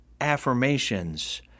affirmations